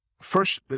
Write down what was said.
First